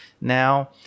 now